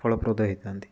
ଫଳପ୍ରଦ ହେଇଥାନ୍ତି